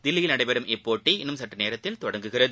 தில்லியில் நடைபெறும் இப்போட்டி இன்னும் சற்றுநேரத்தில் தொடங்குகிறது